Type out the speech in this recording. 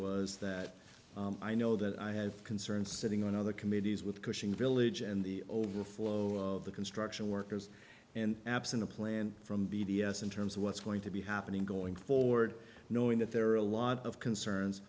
was that i know that i have concerns sitting on other committees with cushing village and the overflow of the construction workers and absent a plan from b d s in terms of what's going to be happening going forward knowing that there are a lot of concerns